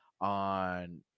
on